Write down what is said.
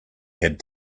had